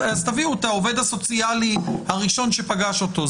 תביאו את העובד הסוציאלי הראשון שפגש אותו.